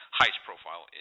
highest-profile